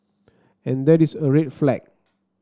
and that is a red flag